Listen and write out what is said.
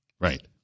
Right